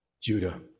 Judah